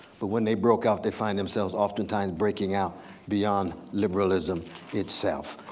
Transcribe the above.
but when they broke out they find themselves often times breaking out beyond liberalism itself.